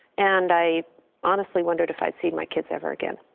and i honestly wondered if i see my kids ever again.